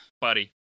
buddy